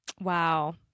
Wow